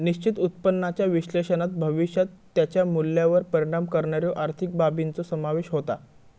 निश्चित उत्पन्नाच्या विश्लेषणात भविष्यात त्याच्या मूल्यावर परिणाम करणाऱ्यो आर्थिक बाबींचो समावेश होता